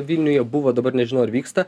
vilniuje buvo dabar nežinau ar vyksta